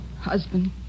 Husband